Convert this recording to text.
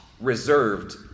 reserved